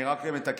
אני רק מתקן,